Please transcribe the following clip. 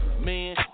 Man